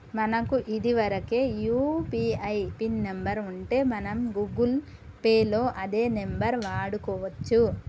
మనకు ఇదివరకే UPI pin number ఉంటే మనం గూగుల్ పే లో అదే నెంబర్ వాడుకోవచ్చు